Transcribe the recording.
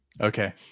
Okay